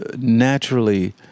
naturally